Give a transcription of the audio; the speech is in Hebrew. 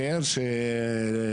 המתקן החדש הוא מטמנה או מתקן מחזור?